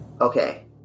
Okay